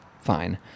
fine